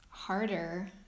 harder